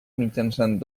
mitjançant